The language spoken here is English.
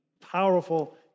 powerful